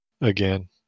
Again